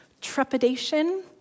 trepidation